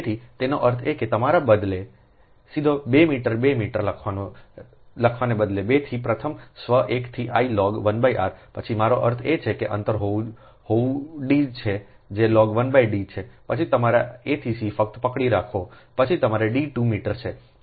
તેથીતેનો અર્થ એ કે તમારા બદલે સીધા 2 મીટર 2 મીટર લખવાને બદલે 2 થી પ્રથમ સ્વ 1 થી I log1 r પછી મારો અર્થ એ છે કે અંતર હોવું d છે જે log 1 D છે પછી તમારી a થી c ફક્ત પકડી રાખો પછી તમારી D 2 મીટર છે